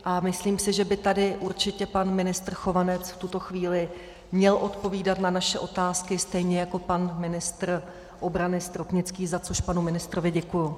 A myslím si, že by tady určitě pan ministr Chovanec v tuto chvíli měl odpovídat na naše otázky, stejně jako pan ministr obrany Stropnický, za což panu ministrovi děkuji.